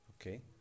Okay